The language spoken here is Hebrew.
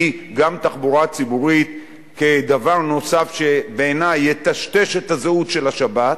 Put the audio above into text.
גם תחבורה ציבורית כדבר נוסף שבעיני יטשטש את הזהות של השבת,